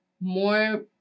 more